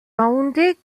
yaoundé